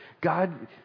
God